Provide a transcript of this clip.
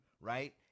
right